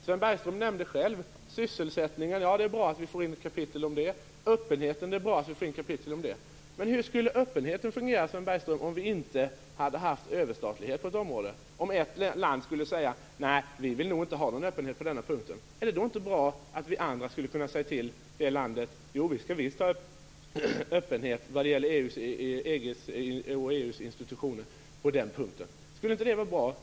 Sven Bergström nämnde själv sysselsättningen och öppenheten. Det är bra att vi får in kapitel om det. Men hur skulle öppenheten fungera, Sven Bergström, om vi inte hade haft överstatlighet på något område? Då skulle ett land kunna säga: Nej, vi vill nog inte ha någon öppenhet på den här punkten. Nog skulle det vara bra om vi andra då kunde säga till det landet: Jo, vi skall visst ha öppenhet vad det gäller EG:s och EU:s institutioner på den punkten. Skulle inte det vara bra?